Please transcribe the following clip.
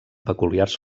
peculiars